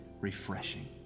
refreshing